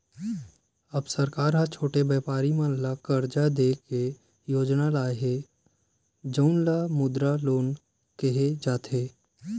अभी सरकार ह छोटे बेपारी मन ल करजा दे के योजना लाए हे जउन ल मुद्रा लोन केहे जाथे